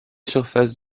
surface